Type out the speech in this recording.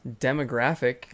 demographic